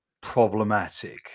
problematic